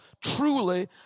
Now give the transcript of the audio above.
truly